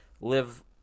live